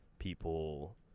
people